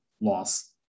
loss